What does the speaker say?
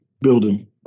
building